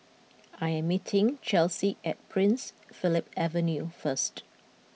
I am meeting Chelsey at Prince Philip Avenue first